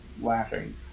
laughing